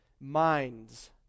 minds